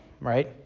right